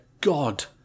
God